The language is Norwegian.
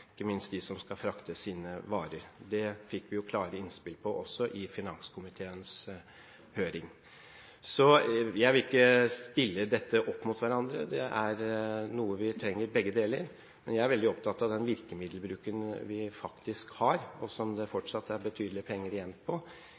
ikke minst dem som skal frakte sine varer. Det fikk vi klare innspill om også i finanskomiteens høring. Jeg vil ikke stille dette opp mot hverandre – begge deler er noe vi trenger. Men jeg er veldig opptatt av at den virkemiddelbruken vi faktisk har, og som det fortsatt er betydelige penger igjen på,